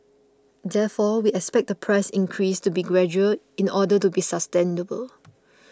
therefore we expect the price increase to be gradual in order to be sustainable